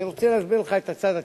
אני רוצה להסביר לך את הצד הטכני: